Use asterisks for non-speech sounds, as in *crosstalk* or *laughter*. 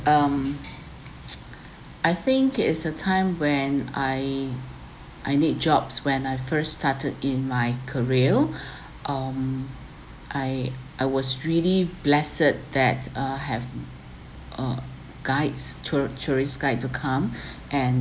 um *noise* I think it is a time when I I need jobs when I first started in my career *breath* um I I was really blessed that uh have uh guides tour tourist guide to come *breath* and